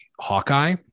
Hawkeye